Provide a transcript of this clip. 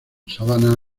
sabanas